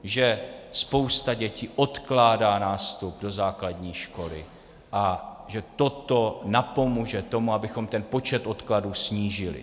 Že spousta dětí odkládá nástup do základní školy a že toto napomůže tomu, abychom ten počet odkladů snížili.